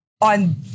on